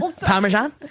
parmesan